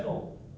oh